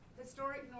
historic